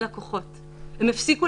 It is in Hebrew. ז' בתמוז התש"ף,